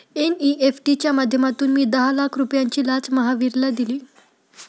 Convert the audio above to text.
NEFT च्या माध्यमातून मी दहा लाख रुपयांची लाच महावीरला दिली